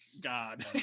god